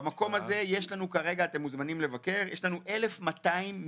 במקום הזה יש להם 1200 מיטות.